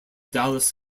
dallas